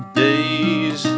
days